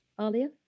Alia